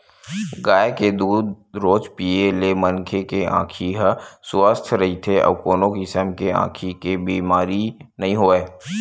गाय के दूद रोज पीए ले मनखे के आँखी ह सुवस्थ रहिथे अउ कोनो किसम के आँखी के बेमारी नइ होवय